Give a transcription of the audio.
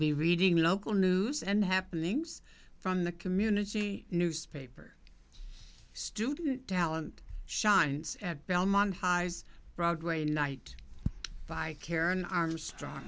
be reading local news and happenings from the community newspaper student talent shines at belmont highs broadway night by karen armstrong